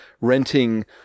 renting